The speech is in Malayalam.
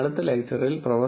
അടുത്ത ലെക്ച്ചറിൽ പ്രൊഫ